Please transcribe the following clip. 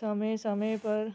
ਸਮੇਂ ਸਮੇਂ ਪਰ